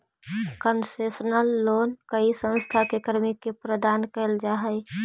concessional loan कोई संस्था के कर्मी के प्रदान कैल जा हइ